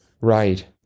Right